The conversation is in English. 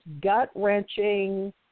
gut-wrenching